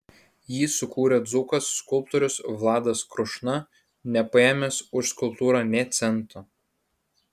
jį sukūrė dzūkas skulptorius vladas krušna nepaėmęs už skulptūrą nė cento